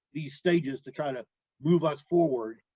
these stages, to try to move us forward,